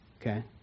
okay